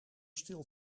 stil